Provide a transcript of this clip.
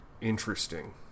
interesting